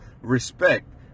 respect